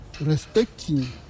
respecting